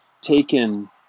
taken